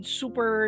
super